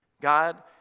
God